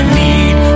need